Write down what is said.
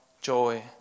joy